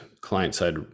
client-side